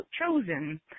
chosen